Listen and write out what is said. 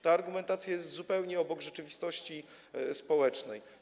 Ta argumentacja jest zupełnie obok rzeczywistości społecznej.